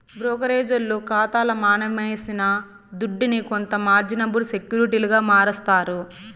బ్రోకరేజోల్లు కాతాల మనమేసిన దుడ్డుని కొంత మార్జినబుల్ సెక్యూరిటీలుగా మారస్తారు